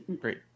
Great